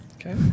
Okay